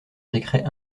décret